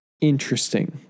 interesting